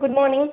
good morning